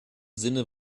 sinne